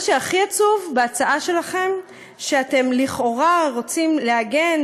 מה שהכי עצוב בהצעה שלכם זה שאתם לכאורה רוצים לעגן